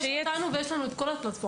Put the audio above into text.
כי יש אותנו ויש לנו את כל הפלטפורמות,